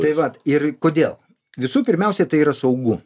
tai vat ir kodėl visų pirmiausia tai yra saugu